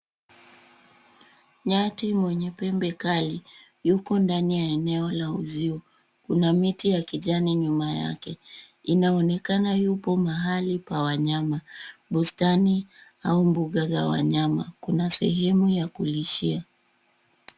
Nyati mwenye pembe kali yuo ndani ya eneo la uzio. Kuna miti ya kijani nyuma yake. Inaonekana yupo mahali pa wanyama, bustani au mbuga la wanyama. Kuna sehemu ya kulishia.